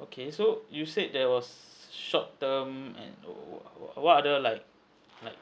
okay so you said there was short term and wh~ what are the like like